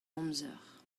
amzer